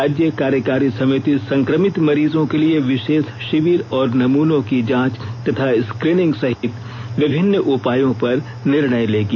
राज्य कार्यकारी समिति संक्रमित मरीजों के लिए विशेष शिविर और नमूनों की जांच तथा स्क्रीनिंग सहित विभिन्न उपायों पर निर्णय लेगी